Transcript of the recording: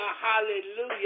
Hallelujah